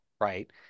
right